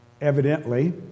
evidently